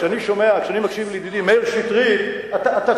כשאני מקשיב לידידי, מאיר שטרית, אין שמאל.